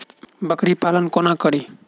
बकरी पालन कोना करि?